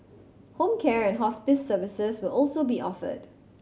home care and hospice services will also be offered